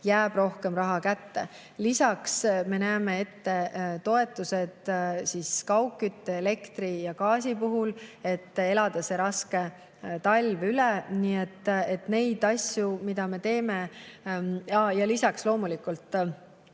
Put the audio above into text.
jääb rohkem raha kätte. Lisaks me näeme ette toetused kaugkütte, elektri ja gaasi puhul, et elada see raske talv üle. Nii et neid asju, mida me teeme ... Aa, lisaks loomulikult